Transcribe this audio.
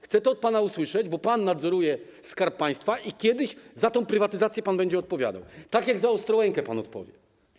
Chcę to od pana usłyszeć, bo pan nadzoruje Skarb Państwa i kiedyś za tę prywatyzację pan będzie odpowiadał, tak jak odpowie pan za Ostrołękę.